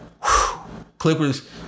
Clippers